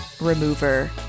remover